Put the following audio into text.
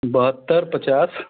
बहत्तरि पचास